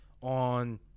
on